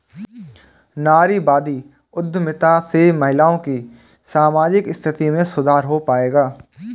नारीवादी उद्यमिता से महिलाओं की सामाजिक स्थिति में सुधार हो पाएगा?